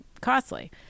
costly